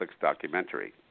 documentary